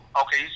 Okay